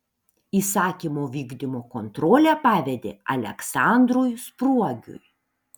įsakymo vykdymo kontrolę pavedė aleksandrui spruogiui